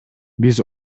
биз